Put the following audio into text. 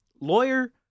Lawyer